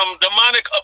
demonic